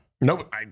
Nope